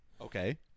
Okay